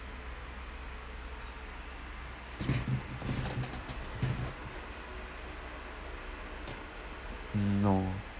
mm no